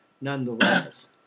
nonetheless